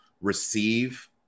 receive